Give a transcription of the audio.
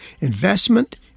investment